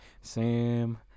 Sam